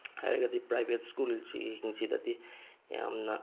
ꯍꯥꯏꯔꯒꯗꯤ ꯄ꯭ꯔꯥꯏꯚꯦꯠ ꯁ꯭ꯀꯨꯜꯁꯤꯡꯁꯤꯗꯗꯤ ꯌꯥꯝꯅ